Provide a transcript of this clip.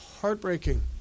heartbreaking